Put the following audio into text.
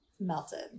melted